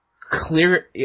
clear